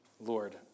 Lord